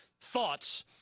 thoughts